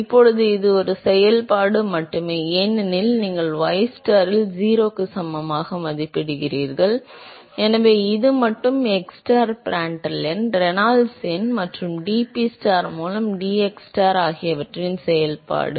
இப்போது இது ஒரு செயல்பாடு மட்டுமே ஏனெனில் நீங்கள் ystar இல் 0 க்கு சமமாக மதிப்பிடுகிறீர்கள் எனவே இது மட்டும் xstar Prandtl எண் ரெனால்ட்ஸ் எண் மற்றும் dPstar மூலம் dxstar ஆகியவற்றின் செயல்பாடு